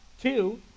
Two